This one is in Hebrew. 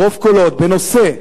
ברוב קולות בנושא,